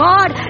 God